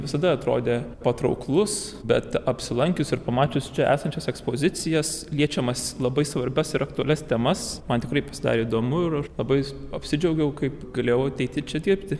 ne visada atrodė patrauklus bet apsilankius ir pamačius čia esančias ekspozicijas liečiamas labai svarbias ir aktualias temas man tikrai pasidarė įdomu ir aš labai apsidžiaugiau kaip galėjau ateiti čia dirbti